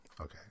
Okay